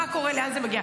מה קורה, לאן זה מגיע.